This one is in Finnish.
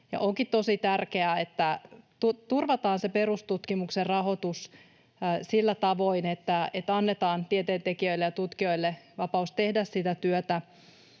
Onkin tosi tärkeää, että turvataan perustutkimuksen rahoitus sillä tavoin, että annetaan tieteen tekijöille ja tutkijoille vapaus tehdä sitä työtä.